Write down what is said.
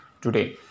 today